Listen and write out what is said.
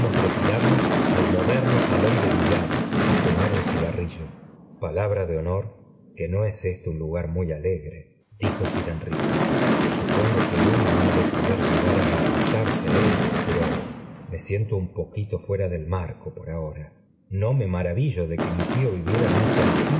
retirarnos al moderno salón de billar i f u tó mar un oigarrillo v palabra de honor que no es éste un lugar muy alegre dijo sir enrique supongo que uno k ha de poder llegar á adaptarse á él pero me sien i to un poquito fuera del marco por ahora no me maravillo de que mi tío viviera en un